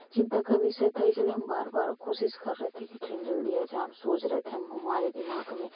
चिंता का विषय था इसलिए हम बार बार कोशिश कर रहे थे की ट्रेन जल्दी आ जाए हम सोच रहे थे हम हमारे दिमाग में